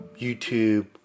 YouTube